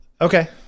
okay